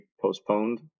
postponed